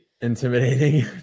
intimidating